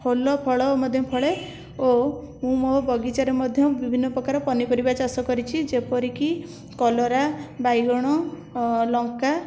ଫୁଲଫଳ ମଧ୍ୟ ଫଳେ ଓ ମୁଁ ମୋ ବଗିଚାରେ ମଧ୍ୟ ବିଭିନ୍ନ ପ୍ରକାର ପନିପରିବା ଚାଷ କରିଛି ଯେପରିକି କଲରା ବାଇଗଣ ଲଙ୍କା